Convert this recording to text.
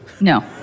No